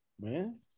Man